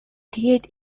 тэгээд